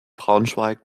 braunschweig